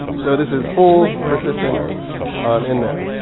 so this is full persistence in there.